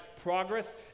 progress